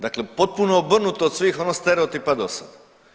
Dakle, potpuno obrnuto od svih ono sterotipa dosada.